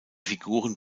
figuren